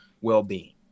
well-being